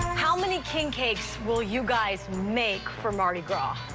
how many king cakes will you guys make for mardi gras?